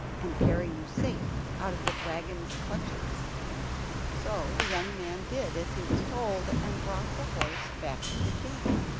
and carry you safe out of the dragon's clutches so the young man did as he was told, and brought the horse back to the king.